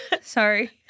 Sorry